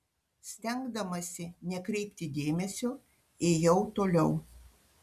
stengdamasi nekreipti dėmesio ėjau toliau